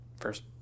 first